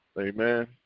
Amen